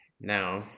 now